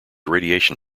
radiation